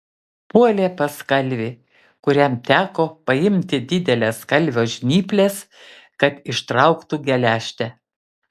puolė pas kalvį kuriam teko paimti dideles kalvio žnyples kad ištrauktų geležtę